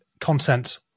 content